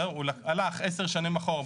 הוא הלך עשר שנים אחורה,